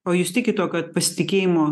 o jūs tikit tuo kad pasitikėjimo